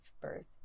birth